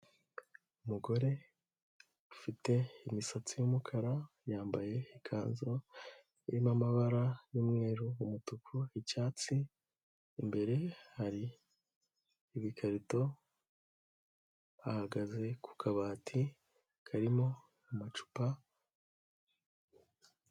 Umugore ufite imisatsi y'umukara, yambaye ikanzu irimo amabara y'umweru, umutuku, icyatsi. Imbere hari ibikarito, ahagaze ku kabati karimo amacupa.